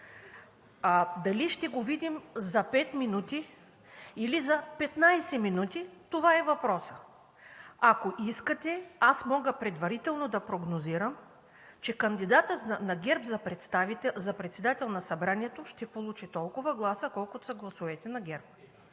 Дали ще го видим за пет минути, или за 15 минути – това е въпросът. Ако искате, аз мога предварително да прогнозирам, че кандидатът на ГЕРБ за председател на Събранието ще получи толкова гласа, колкото са гласовете на ГЕРБ.